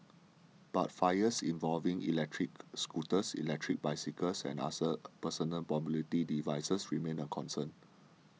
but fires involving electric scooters electric bicycles and other personal mobility devices remain a concern